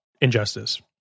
Injustice